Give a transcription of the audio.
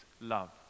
love